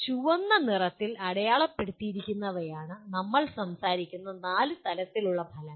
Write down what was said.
ചുവന്ന നിറത്തിൽ അടയാളപ്പെടുത്തിയിരിക്കുന്നവയാണ് നമ്മൾ സംസാരിക്കുന്ന നാല് തലത്തിലുള്ള ഫലങ്ങൾ